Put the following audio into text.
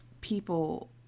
people